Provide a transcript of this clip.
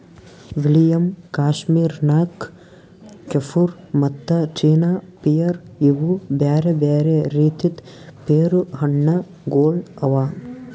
William, Kashmir ನಕ್, ಕೆಫುರ್ ಮತ್ತ ಚೀನಾ ಪಿಯರ್ ಇವು ಬ್ಯಾರೆ ಬ್ಯಾರೆ ರೀತಿದ್ ಪೇರು ಹಣ್ಣ ಗೊಳ್ ಅವಾ